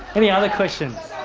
any other questions?